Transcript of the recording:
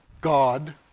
God